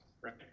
right